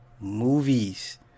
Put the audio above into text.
movies